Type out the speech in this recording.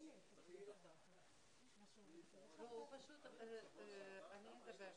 לא מעניין אותי כמה